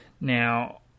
Now